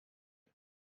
mae